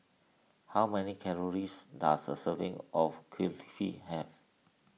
how many calories does a serving of Kulfi have